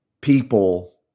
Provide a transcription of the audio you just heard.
people